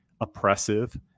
oppressive